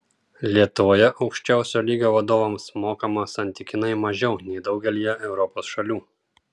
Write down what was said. lietuvoje aukščiausio lygio vadovams mokama santykinai mažiau nei daugelyje europos šalių